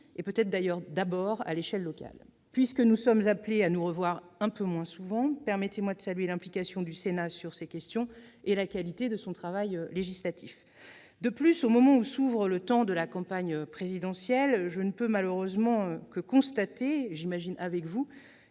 et peut-être d'abord, à l'échelle locale. Puisque nous sommes appelés à nous revoir un peu moins souvent, permettez-moi de saluer l'implication du Sénat sur ces questions et la qualité de son travail législatif. De plus, au moment où s'ouvre le temps de la campagne présidentielle, je ne peux malheureusement que constater, j'imagine, comme vous,